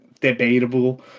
debatable